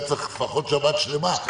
היה צריך לפחות שבת שלמה,